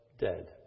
dead